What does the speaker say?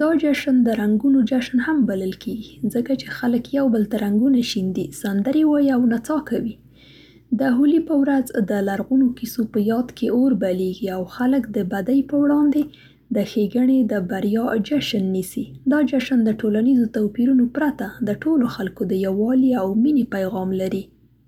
دا جشن د رنګونو جشن هم بلل کیږي، ځکه چې خلک یو بل ته رنګونه شیندي، سندرې وايي او نڅا کوي. د هولي په ورځ، د لرغونو کیسو په یاد کې اور بلیږي او خلک د بدۍ پر وړاندې د ښېګڼې د بریا جشن نیسي. دا جشن د ټولنیز توپیرونو پرته، د ټولو خلکو د یووالي او مینې پیغام لري.